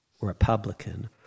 Republican